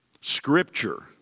Scripture